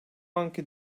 anki